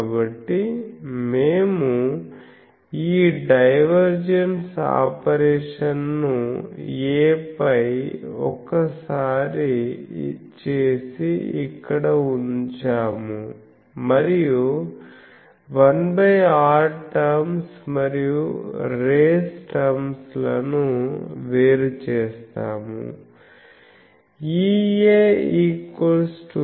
కాబట్టి మేము ఈ డైవర్జెన్స్ ఆపరేషన్ను A పై ఒకసారి చేసి ఇక్కడ ఉంచాము మరియు 1r టర్మ్స్ మరియు రేస్ టర్మ్స్ లను వేరు చేస్తాము